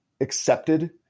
accepted